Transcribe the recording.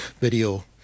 video